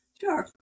Sure